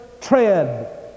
tread